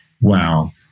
wow